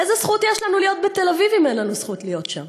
איזו זכות יש לנו להיות בתל-אביב אם אין לנו זכות להיות שם?